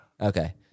Okay